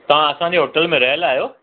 तव्हां असांजे होटल में रहियल आहियो